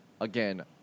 again